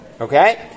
Okay